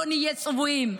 לא נהיה צבועים.